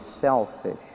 selfish